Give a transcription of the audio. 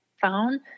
phone